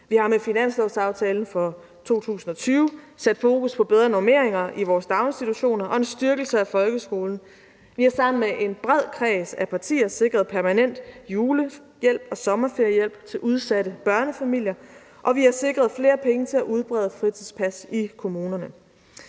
Vi har med finanslovsaftalen for 2020 sat fokus på bedre normeringer i vores daginstitutioner og en styrkelse af folkeskolen. Vi har sammen med en bred kreds af partier sikret permanent julehjælp og sommerferiehjælp til udsatte børnefamilier, og vi har sikret flere penge til at udbrede fritidspas i kommunerne.